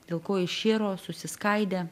dėl ko iširo susiskaidė